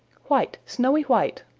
white, snowy white,